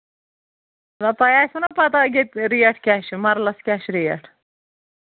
تۄہہِ آسِوٕ نا پَتہ ییٚتہِ ریٹ کیٛاہ چھِ مَرلَس کیٛاہ چھِ ریٹ